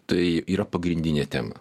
tai yra pagrindinė tema